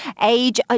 age